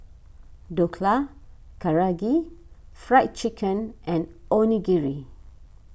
Dhokla Karaage Fried Chicken and Onigiri